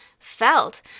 felt